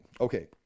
Okay